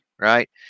Right